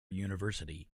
university